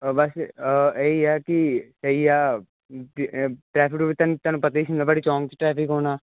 ਅ ਬਸ ਇਹ ਹੀ ਆ ਕਿ ਕਈ ਆ ਵੀ ਟ੍ਰੈਫਿਕ ਟ੍ਰੁਫਿਕ ਤੁਹਾਨੂੰ ਤੁਹਾਨੂੰ ਪਤਾ ਹੀ ਸ਼ਿਮਲਾਬਰੀ ਚੌਂਕ 'ਚ ਟ੍ਰੈਫਿਕ ਹੋਣਾ